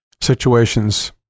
situations